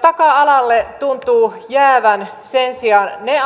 taka alalle tuntuvat jäävän sen sijaan ne